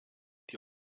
die